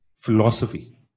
philosophy